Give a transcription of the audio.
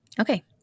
Okay